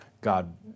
God